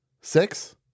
Six